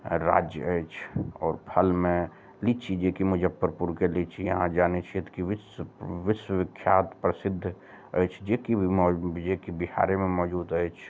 राज्य अछि आओर फलमे लीची जेकि मुजफ्फरपुरके लीची आहाँ जानै छियै तऽ की विश्व विश्वविख्यात प्रसिद्ध अछि जेकि मौजूद जेकि बिहारेमे मौजूद अइछ